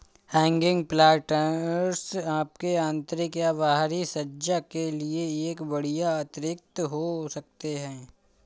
hanging planters आपके आंतरिक या बाहरी सज्जा के लिए एक बढ़िया अतिरिक्त हो सकते है